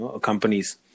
companies